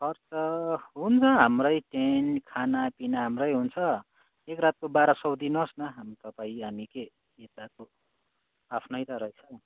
खर्च हुन्छ हाम्रै टेन्ट खानापिना हाम्रै हुन्छ एक रातको बाह्र सौ दिनुहोस् न अब तपाईँ हामी के यताको आफ्नै त रहेछ